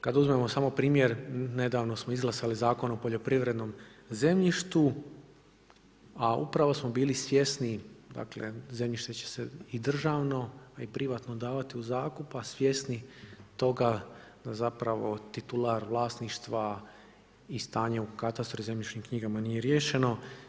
Kada uzmemo samo primjer, nedavno smo izglasali Zakon o poljoprivrednom zemljištu, a upravo smo bili svjesni dakle zemljište će se i državno, a i privatno davati u zakup, a svjesni toga da titular vlasništva i stanje u katastru i zemljišnim knjigama nije riješeno.